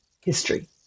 history